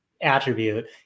attribute